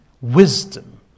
wisdom